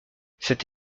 cette